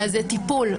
זה טיפול,